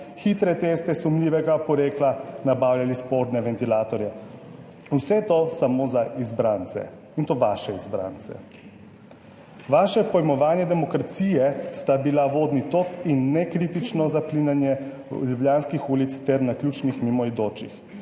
hitre teste sumljivega porekla, nabavljali sporne ventilatorje, vse to samo za izbrance, in to vaše izbrance. Vaše pojmovanje demokracije sta bila vodni top in nekritično zaplinjanje ljubljanskih ulic ter naključnih mimoidočih.